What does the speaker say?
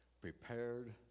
prepared